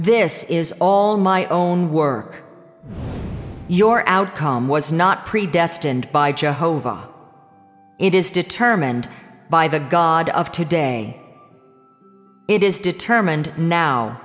this is all my own work your outcome was not predestined by jehovah it is determined by the god of today it is determined now